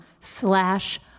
slash